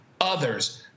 others—